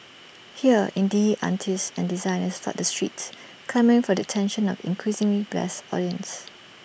here indie artists and designers flood the streets clamouring for the attention of increasingly blase audiences